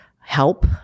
help